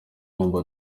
bombe